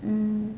mm